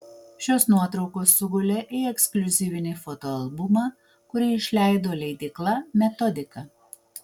šios nuotraukos sugulė į ekskliuzyvinį fotoalbumą kurį išleido leidykla metodika